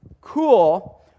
Cool